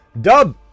Dub